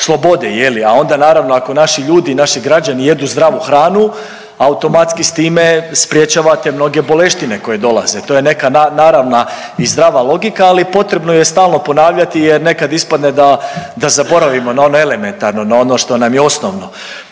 slobode, a onda naravno ako naši ljudi, naši građani jedu zdravu hranu automatski s time sprječavate mnoge boleštine koje dolaze. To je neka naravna i zdrava logika, ali potrebno ju je stalno ponavljati jer nekad ispadne da zaboravimo na ono elementarno, na ono što nam je osnovno.